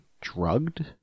drugged